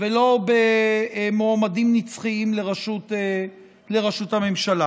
לא במועמדים נצחיים לראשות הממשלה.